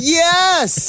yes